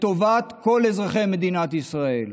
לטובת כל אזרחי מדינת ישראל.